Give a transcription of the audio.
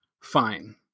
fine